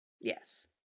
Yes